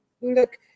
Look